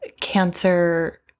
cancer